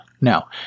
Now